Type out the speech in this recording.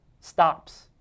stops